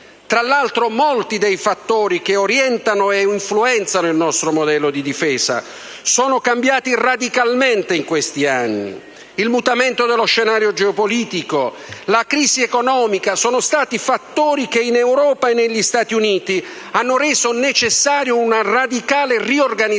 Tra l'altro, molti dei fattori che orientano e influenzano il nostro modello di difesa sono cambiati radicalmente in questi anni. Il mutamento dello scenario geopolitico, la crisi economica sono stati fattori che in Europa e negli Stati Uniti hanno reso necessaria una radicale riorganizzazione